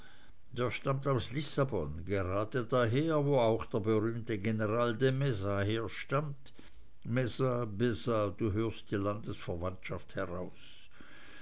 der stammt aus lissabon gerade daher wo auch der berühmte general de meza herstammt meza beza du hörst die landesverwandtschaft heraus